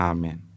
Amen